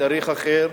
בתאריך אחר.